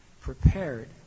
prepared